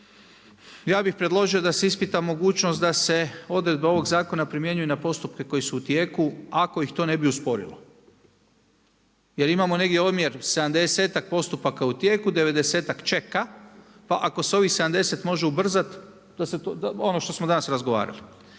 ja bih predložio da se ispita mogućnost, da se odredba ovog zakona primjenjuje na postupke koje su u tijeku, ako ih to ne bi usporilo. Jer imamo negdje omjer 70-tak postupaka u tijeku, 90-tak čeka, pa ako se ovih 70 može ubrzati to, ono što smo danas razgovarali.